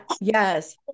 Yes